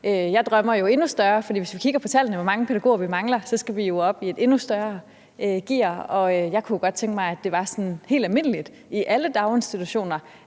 Jeg drømmer endnu større, for hvis vi kigger på tallene for, hvor mange pædagoger vi mangler, skal vi jo op i et endnu højere gear, og jeg kunne godt tænke mig, at det var sådan helt almindeligt, at man i alle daginstitutioner